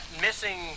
missing